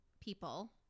people